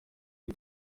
iyi